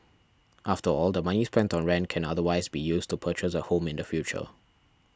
after all the money spent on rent can otherwise be used to purchase a home in the future